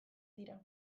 dira